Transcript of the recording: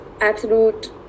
absolute